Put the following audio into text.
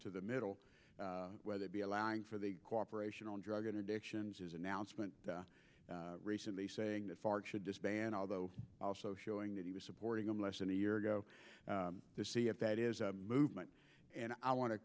to the middle whether it be allowing for the cooperation on drug addictions his announcement recently saying that far should disband although also showing that he was supporting them less than a year ago to see if that is a movement and i want to